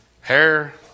hair